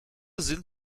sind